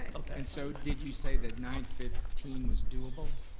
ah okay. and so did you say that nine fifteen was doable?